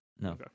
No